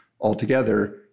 altogether